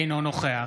אינו נוכח